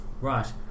right